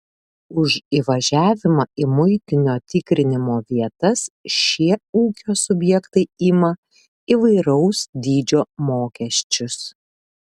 už įvažiavimą į muitinio tikrinimo vietas šie ūkio subjektai ima įvairaus dydžio mokesčius